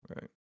Right